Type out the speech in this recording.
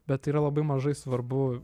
bet tai yra labai mažai svarbu